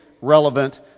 relevant